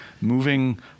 moving